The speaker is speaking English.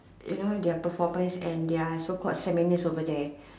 you know their performance and their so called over there